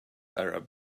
arab